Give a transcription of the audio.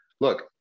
look